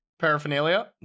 paraphernalia